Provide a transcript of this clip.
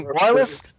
Wireless